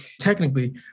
technically